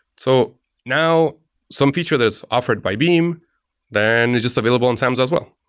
so now some feature that's offered by beam then is just available on samza as well.